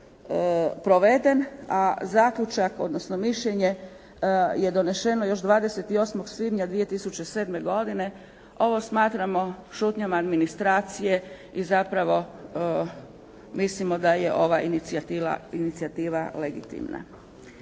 proveden, a zaključak, odnosno mišljenje je doneseno još 28. svibnja 2007. godine, ovo smatramo šutnjom administracije i zapravo mislimo da je ova inicijativa legitimna.